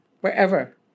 wherever